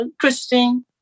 Christine